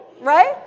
Right